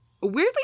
Weirdly